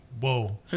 whoa